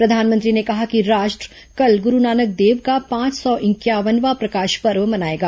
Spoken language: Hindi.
प्रधानमंत्री ने कहा कि राष्ट्र कल गुरुनानक देव का पांच सौ इंक्यावनवां प्रकाश पर्व मनाएगा